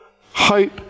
hope